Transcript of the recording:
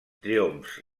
triomfs